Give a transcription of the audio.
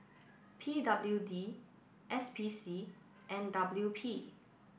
P W D S P C and W P